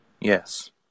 Yes